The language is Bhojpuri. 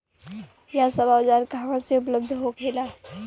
यह सब औजार कहवा से उपलब्ध होखेला?